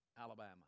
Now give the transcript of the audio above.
Alabama